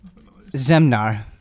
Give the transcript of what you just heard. Zemnar